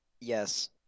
Yes